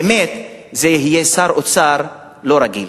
באמת זה יהיה שר אוצר לא רגיל.